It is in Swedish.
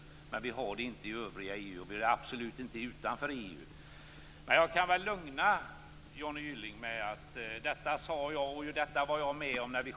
Den möjligheten har vi inte i övriga EU, och absolut inte utanför EU. Detta sade jag vid justeringen av det här.